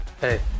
Hey